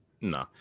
No